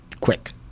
quick